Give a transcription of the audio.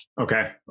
Okay